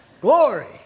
glory